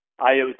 IoT